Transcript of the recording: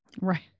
Right